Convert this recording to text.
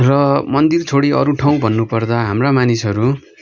र मन्दिर छोडी अरू ठाउँ भन्नुपर्दा हाम्रा मानिसहरू